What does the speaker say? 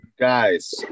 Guys